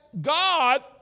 God